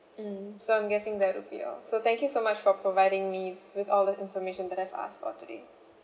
mm so I'm guessing that will be all so thank you so much for providing me with all the information that I've asked about today